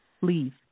leave